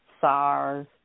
SARS